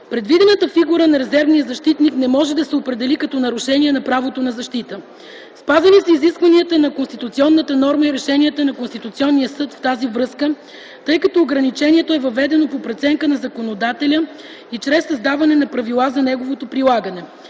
Предвидената фигура на резервния защитник не може да се определи като нарушение на правото на защита. Спазени са изискванията на конституционната норма и решенията на Конституционния съд в тази връзка, тъй като ограничението е въведено по преценка на законодателя и чрез създаване на правила за неговото прилагане